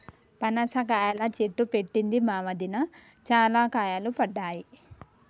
పనస కాయల చెట్టు పెట్టింది మా వదిన, చాల కాయలు పడ్డాయి